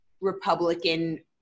Republican